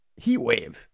Heatwave